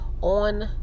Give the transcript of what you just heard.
on